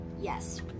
Yes